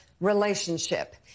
relationship